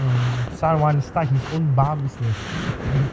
mm sun wants to start his own bar business